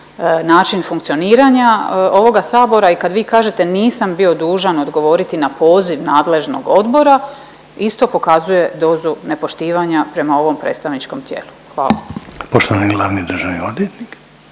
način funkcioniranja ovoga Sabora i kad vi kažete nisam bio dužan odgovoriti na poziv nadležnog odbora isto pokazuje dozu nepoštivanja prema ovom predstavničkom tijelu. Hvala. **Reiner, Željko